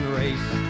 race